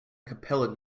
capella